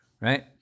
Right